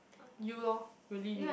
you lor really you